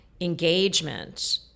engagement